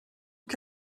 que